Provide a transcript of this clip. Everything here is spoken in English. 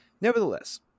nevertheless